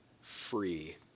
free